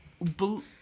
Blue